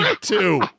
two